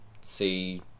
see